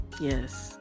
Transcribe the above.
yes